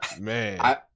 man